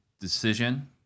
Decision